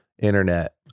internet